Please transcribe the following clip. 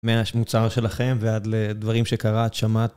מהשמוצר שלכם ועד לדברים שקרה, את שמעתם.